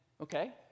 okay